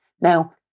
Now